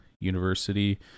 University